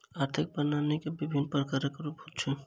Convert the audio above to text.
आर्थिक प्रणाली के विभिन्न प्रकारक रूप होइत अछि